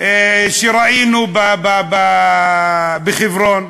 שראינו בחברון.